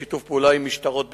בשיתוף פעולה עם משטרות בחו"ל,